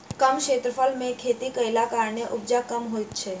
कम क्षेत्रफल मे खेती कयलाक कारणेँ उपजा कम होइत छै